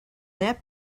that